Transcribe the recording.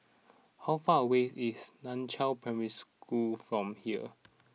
how far away is Nan Chiau Primary School from here